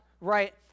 right